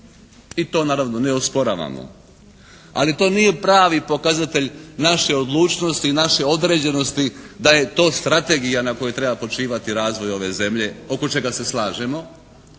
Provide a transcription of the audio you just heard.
i to naravno ne osporavamo, ali to nije pravi pokazatelj naše odlučnosti i naše određenosti da je to strategija na kojoj treba počivati razvoj ove zemlje oko čega se slažemo,